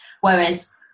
Whereas